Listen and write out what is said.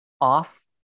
off